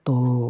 तो